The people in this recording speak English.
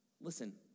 Listen